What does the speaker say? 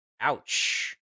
Ouch